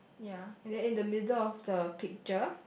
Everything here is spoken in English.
ya and in in the middle of the picture